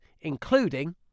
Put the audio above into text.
including